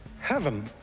heaven.